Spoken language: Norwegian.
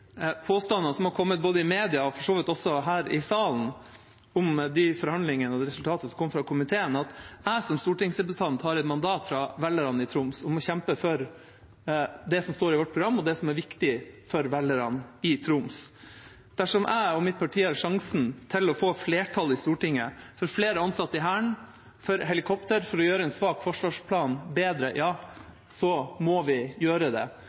påstandene som er kommet, både i media og for så vidt også her i salen, om de forhandlingene og det resultatet som kom fra komiteen – at jeg som stortingsrepresentant har et mandat fra velgerne i Troms om å kjempe for det som står i vårt program, og det som er viktig for velgerne i Troms. Dersom jeg og mitt parti har sjansen til å få flertall i Stortinget for flere ansatte i Hæren, for helikopter, for å gjøre en svak forsvarsplan bedre, ja, så må vi gjøre det.